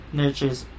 nurtures